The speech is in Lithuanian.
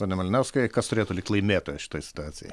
pone malinauskai kas turėtų likt laimėtojas šitoj situacijoj